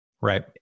Right